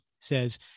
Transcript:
says